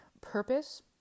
purpose